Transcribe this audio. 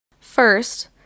First